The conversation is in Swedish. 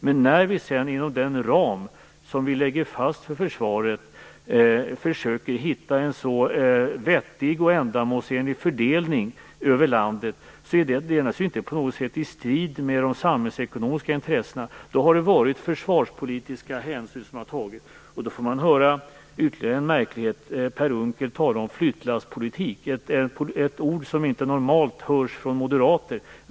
Men när vi sedan inom den ram som vi lägger fast för försvaret försöker hitta en vettig och ändamålsenlig fördelning över landet, är det naturligtvis inte på något sätt i strid med de samhällsekonomiska intressena. Därvid har det tagits försvarspolitiska hänsyn. Då får man höra ytterligare en märklighet, nämligen Per Unckel tala om flyttlasspolitik - ett ord som normalt inte hörs från moderater.